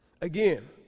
Again